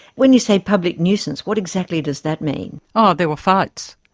when you say public nuisance, what exactly does that mean? oh, there were fights.